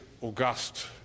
august